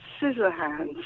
Scissorhands